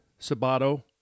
Sabato